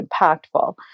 impactful